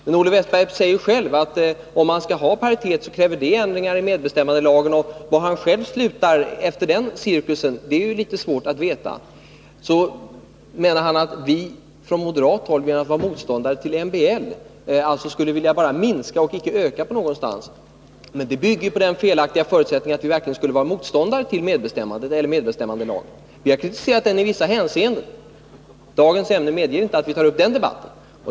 Men Olle Wästberg säger själv att om man skall ha paritet så bleve det ändringar i medbestämmandelagen. Var han själv slutar efter den cirkusen är ju lite svårt att veta. Så menar Olle Wästberg att vi moderater skulle vara motståndare till MBL, allså att vi bara skulle vilja minska och inte öka någonstans. Men det bygger på den felaktiga föreställningen att vi verkligen skulle vara motståndare till medbestämmandelagen. Vi har kritiserat den i vissa hänseenden. Dagens ämne medeger inte att vi tar upp den debatten.